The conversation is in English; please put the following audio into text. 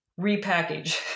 repackage